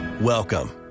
Welcome